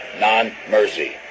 non-mercy